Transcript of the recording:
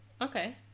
Okay